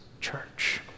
church